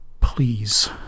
Please